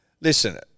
Listen